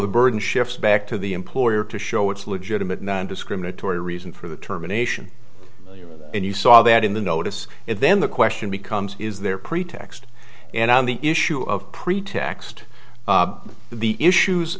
the burden shifts back to the employer to show what's legitimate nondiscriminatory reason for the terminations and you saw that in the notice and then the question becomes is there pretext and on the issue of pretext the issues